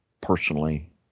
personally